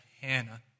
Hannah